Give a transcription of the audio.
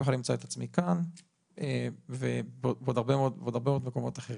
אחד אמצא את עצמי כאן ובעוד הרבה מאוד מקומות אחרים.